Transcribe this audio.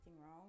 wrong